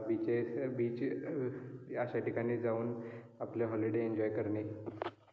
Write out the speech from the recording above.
beaches beaches अशा ठिकाणी जाऊन आपले हॉलिडे एन्जॉय करणे